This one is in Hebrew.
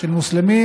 של מוסלמים,